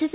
S